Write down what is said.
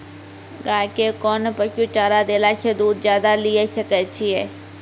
गाय के कोंन पसुचारा देला से दूध ज्यादा लिये सकय छियै?